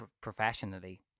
professionally